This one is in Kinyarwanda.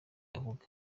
avuga